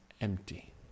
empty